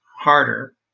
harder